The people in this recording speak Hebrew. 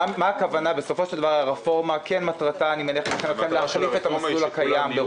אני מניח שמטרתה של הרפורמה היא להחליף את המסלול הקיים.